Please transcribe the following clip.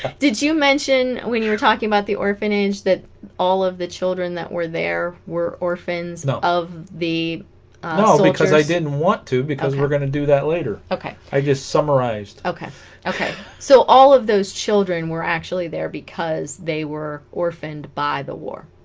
did you mention when you're talking about the orphanage that all of the children that were there were orphans no of the no because i didn't want to because we're gonna do that later okay i just summarized okay okay so all of those children were actually there because they were orphaned by the war